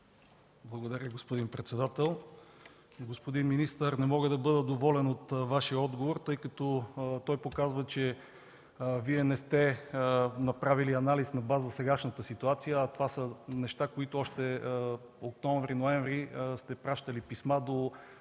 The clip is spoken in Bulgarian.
Благодаря, господин председател. Господин министър, не мога да бъда доволен от Вашия отговор, тъй като той показва, че Вие не сте направили анализ на база на сегашната ситуация. Това са неща, за които още през октомври-ноември сте пращали писма до